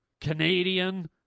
Canadian